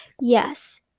Yes